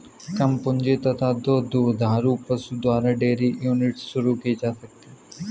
कम पूंजी तथा दो दुधारू पशु द्वारा डेयरी यूनिट शुरू की जा सकती है